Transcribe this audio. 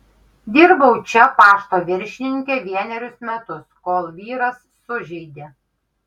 dirbau čia pašto viršininke vienerius metus kol vyras sužeidė